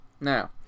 Now